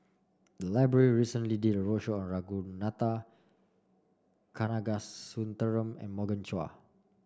the library recently did a roadshow on Ragunathar Kanagasuntheram and Morgan Chua